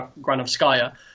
Granovskaya